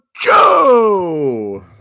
Joe